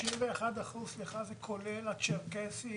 61% זה כולל את הצ׳רקסים?